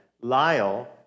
Lyle